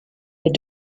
est